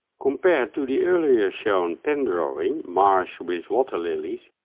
compared to the earlier shown pen drawing marsh with water lilies,